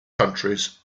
countries